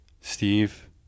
Steve